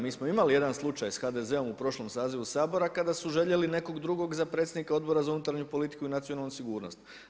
Mi smo imali jedan slučaj sa HDZ-om u prošlom sazivu Sabora kada su željeli nekog drugog za predsjednika Odbora za unutarnju politiku i nacionalnu sigurnost.